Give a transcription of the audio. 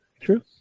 true